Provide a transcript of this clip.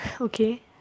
Okay